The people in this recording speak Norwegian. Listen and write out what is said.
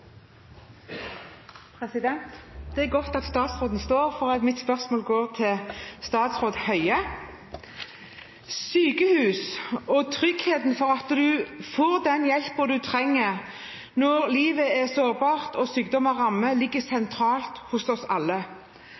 godt at statsråden blir stående, for mitt spørsmål går til statsråd Høie. Sykehus og tryggheten for at en får den hjelpen en trenger når livet er sårbart og sykdom rammer, ligger sentralt hos oss alle.